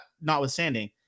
notwithstanding